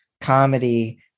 comedy